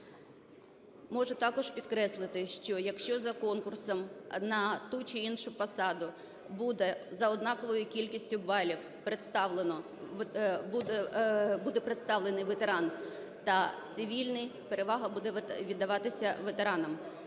Можу також підкреслити, що, якщо за конкурсом на ту чи іншу посаду буде за однаковою кількістю балів буде представлений ветеран та цивільний, перевага буде віддаватися ветеранам.